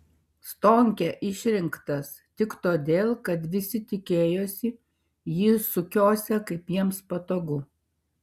stonkė išrinktas tik todėl kad visi tikėjosi jį sukiosią kaip jiems patogu